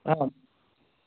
आम्